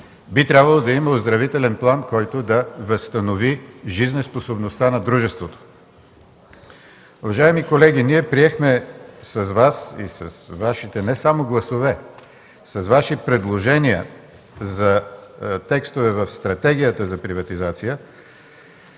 би трябвало да има оздравителен план, който да възстанови жизнеспособността на дружеството. Уважаеми колеги, ние приехме с Вас и с Вашите не само гласове, но и с Вашите предложения текстове в Стратегията за приватизация,